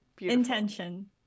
Intention